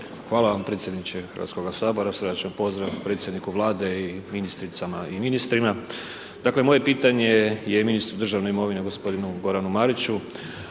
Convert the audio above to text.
Hvala vam predsjedniče HS-a. Srdačan pozdrav predsjedniku Vlade i ministricama i ministrima. Dakle, moje pitanje je ministru državne imovine g. Goranu Mariću,